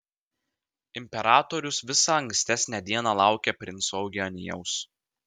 imperatorius visą ankstesnę dieną laukė princo eugenijaus